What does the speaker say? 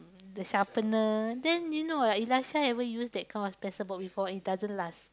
the sharpener then you know like Elisha never use that kind of pencil box before and it doesn't last